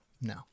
No